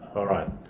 alright.